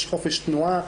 יש חופש תנועה,